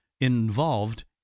involved